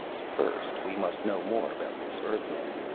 first we must know more about this earthman,